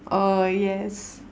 oh yes